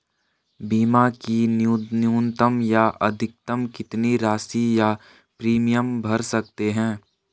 बीमा की न्यूनतम या अधिकतम कितनी राशि या प्रीमियम भर सकते हैं?